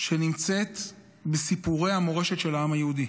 שנמצאת בסיפורי המורשת של העם היהודי,